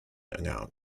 announced